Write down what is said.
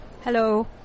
Hello